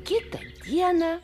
kitą dieną